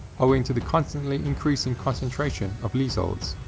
owing to the constantly increasing concentration of leaseholds,